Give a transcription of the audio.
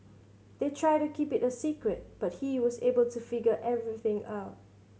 they tried to keep it a secret but he was able to figure everything out